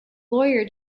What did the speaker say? lawyer